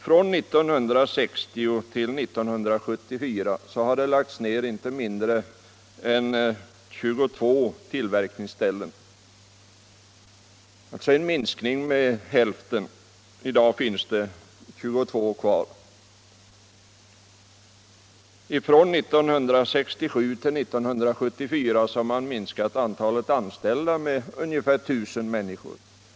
Från 1960 till 1974 har det lagts ned inte mindre än 22 tillverkningsställen, alltså en minskning med hälften — i dag finns det 22 kvar. Från 1967 till 1974 har man minskat antalet anställda med ungefär 1000 människor.